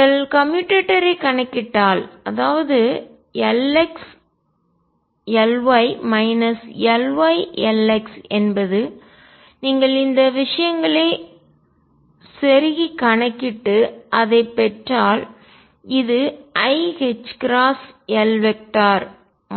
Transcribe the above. நீங்கள் கம்யூட்டேட்டரைக் கணக்கிட்டால் அதாவது Lx Ly Ly Lx என்பது நீங்கள் இந்த விஷயங்களை செருகி கணக்கிட்டு அதைப் பெற்றால் இது iℏL